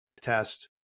test